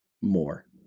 more